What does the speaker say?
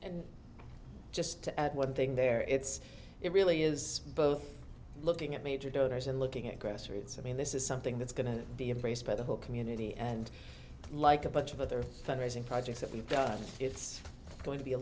and just to add one thing there it's it really is both looking at major donors and looking at grassroots i mean this is something that's going to be embraced by the whole community and like a bunch of other fund raising projects that we've done it's going to be a